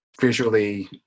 visually